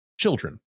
children